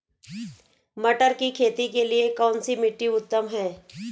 मटर की खेती के लिए कौन सी मिट्टी उत्तम है?